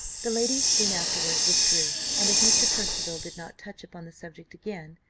the ladies soon afterwards withdrew, and as mr. percival did not touch upon the subject again,